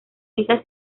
esta